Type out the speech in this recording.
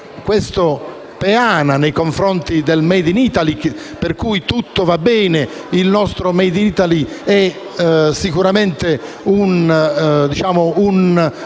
un peana nei confronti del *made in Italy* per cui tutto va bene. Il nostro *made in Italy* è sicuramente un